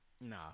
Nah